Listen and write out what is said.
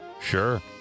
Sure